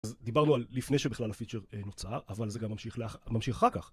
אז דיברנו על לפני שבכלל הפיצ'ר נוצר, אבל זה גם ממשיך אחר כך.